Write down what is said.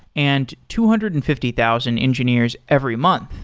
and two hundred and fifty thousand engineers every month.